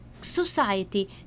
society